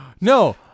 No